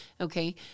Okay